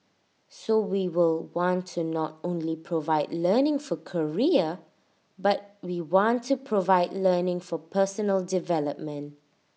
so we will want to not only provide learning for career but we want to provide learning for personal development